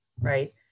right